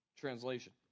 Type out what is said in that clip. translation